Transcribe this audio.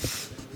הכלכלית